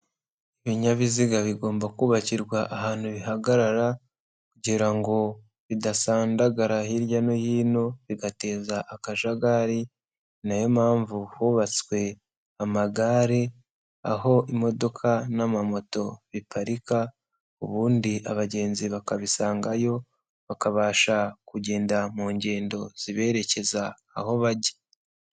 Ibinyabiziga bigomba kubakirwa ahantu bihagarara kugira ngo bidasandagara hirya no hino bigateza akajagari, ni nayo mpamvu hubatswe amagare aho imodoka n'amamoto biparika, ubundi abagenzi bakabisangayo bakabasha kugenda mu ngendo ziberekeza aho bajya.